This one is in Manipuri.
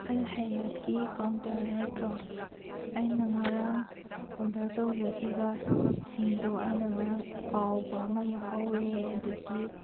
ꯑꯜꯍꯥꯌꯥꯠꯀꯤ ꯀꯥꯎꯟꯇꯔ ꯅꯠꯇ꯭ꯔꯣ ꯑꯩꯅ ꯉꯔꯥꯡ ꯑꯣꯗꯔ ꯇꯧꯖꯈꯤꯕ ꯁꯤꯡꯗꯣ ꯑꯩꯅ ꯉꯔꯥꯡ ꯀꯥꯎꯕ ꯑꯃ ꯌꯥꯎꯍꯧꯔꯦ ꯑꯗꯨꯗꯤ